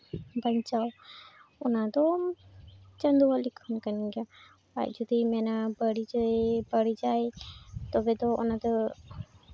ᱵᱟᱧᱪᱟᱣ ᱚᱱᱟ ᱫᱚ ᱠᱟᱱ ᱜᱮᱭᱟ ᱟᱡ ᱡᱩᱫᱤᱭ ᱢᱮᱱᱟ ᱵᱟᱹᱲᱤᱡᱟᱹᱧ ᱵᱟᱹᱲᱤᱡᱟᱭ ᱛᱚᱵᱮ ᱫᱚ ᱚᱱᱟ ᱫᱚ